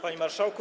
Panie Marszałku!